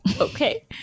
Okay